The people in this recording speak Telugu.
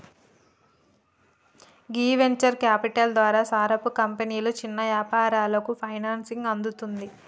గీ వెంచర్ క్యాపిటల్ ద్వారా సారపు కంపెనీలు చిన్న యాపారాలకు ఫైనాన్సింగ్ అందుతుంది